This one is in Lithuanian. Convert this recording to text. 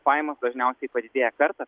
pajamos dažniausiai padidėja kartą